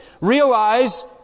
realize